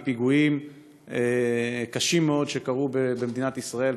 מפיגועים קשים מאוד שקרו במדינת ישראל,